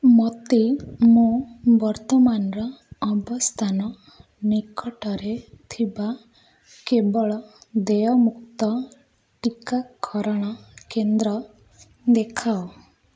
ମୋତେ ମୋ ବର୍ତ୍ତମାନର ଅବସ୍ଥାନ ନିକଟରେ ଥିବା କେବଳ ଦେୟମୁକ୍ତ ଟିକାକରଣ କେନ୍ଦ୍ର ଦେଖାଅ